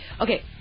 okay